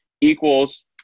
equals